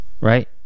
right